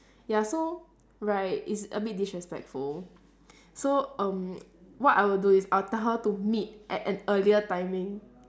ya so right it's a bit disrespectful so um what I would do is I'll tell her to meet at an earlier timing